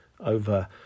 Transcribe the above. Over